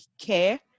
care